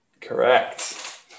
Correct